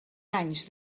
anys